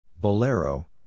Bolero